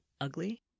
ugly